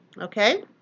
Okay